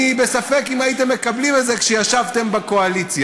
אני בספק אם הייתם מקבלים את זה כשישבתם בקואליציה.